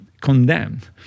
condemned